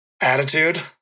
attitude